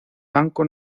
banco